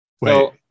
Wait